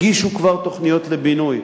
הגישו כבר תוכניות לבינוי.